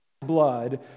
blood